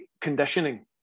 conditioning